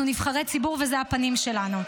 אנחנו נבחרי ציבור, ואלה הפנים שלנו.